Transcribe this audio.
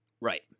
Right